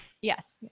Yes